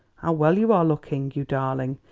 how well you are looking, you darling!